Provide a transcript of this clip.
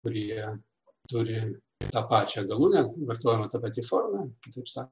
kurie turi tą pačią galūnę vartojama ta pati forma kitaip sa